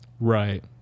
right